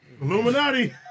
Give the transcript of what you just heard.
Illuminati